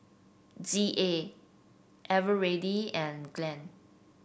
Z A Eveready and Glad